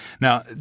Now